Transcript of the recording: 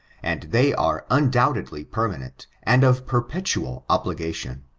and they are undoubtedly permanent, and of perpetual obligation.